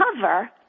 cover